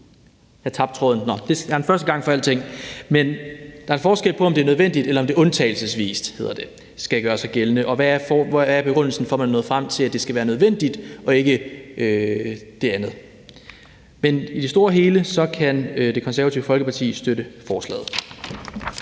give mulighed for forsvarerpålæg, såfremt det findes nødvendigt. Der er forskel på, om det er nødvendigt, eller om det undtagelsesvis, hedder det, skal gøre sig gældende. Hvad er begrundelsen for, at man er nået frem til, at det skal være nødvendigt og ikke det andet? Men i det store hele kan Det Konservative Folkeparti støtte forslaget.